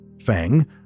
Fang